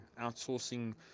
outsourcing